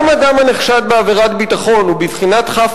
גם אדם הנחשד בעבירות ביטחון הוא בבחינת חף